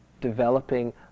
developing